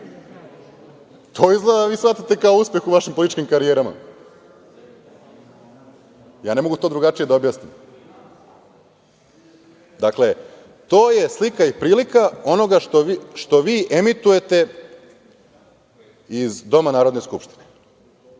To izgleda shvatate kao uspeh u vašim političkim karijerama. Ja to ne mogu drugačije da objasnim. Dakle, to je slika i prilika onoga što vi emitujete iz Doma Narodne skupštine.